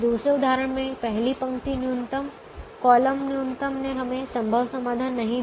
दूसरे उदाहरण में पहली पंक्ति न्यूनतम कॉलम न्यूनतम ने हमें संभव समाधान नहीं दिया